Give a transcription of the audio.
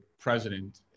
president